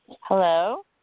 Hello